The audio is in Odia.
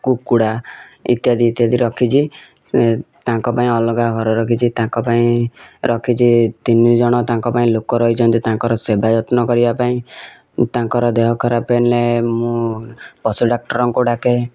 କୁକୁଡ଼ା ଇତ୍ୟାଦି ଇତ୍ୟାଦି ରଖିଛି ତାଙ୍କ ପାଇଁ ଅଲଗା ଘର ରଖିଛି ତାଙ୍କ ପାଇଁ ରଖିଛି ତିନି ଜଣ ତାଙ୍କ ପାଇଁ ଲୋକ ରହିଛନ୍ତି ତାଙ୍କର ସେବା ଯତ୍ନ କରିବା ପାଇଁ ତାଙ୍କର ଦେହ ଖରାପ ହେଲେ ମୁଁ ପଶୁ ଡାକ୍ତରଙ୍କୁ ଡାକେ